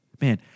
Man